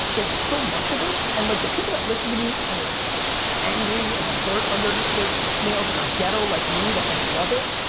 there's so much of it. and like, the people that listen to me and are like angry and have dirt under their nails and are ghetto like me that like love it,